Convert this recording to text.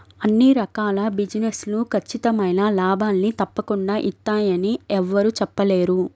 అన్ని రకాల బిజినెస్ లు ఖచ్చితమైన లాభాల్ని తప్పకుండా ఇత్తయ్యని యెవ్వరూ చెప్పలేరు